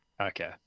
okay